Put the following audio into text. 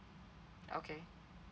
okay